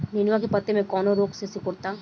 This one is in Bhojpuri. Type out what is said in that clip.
नेनुआ के पत्ते कौने रोग से सिकुड़ता?